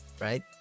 right